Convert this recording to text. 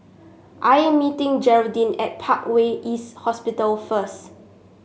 I'm meeting Geraldine at Parkway East Hospital first